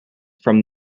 from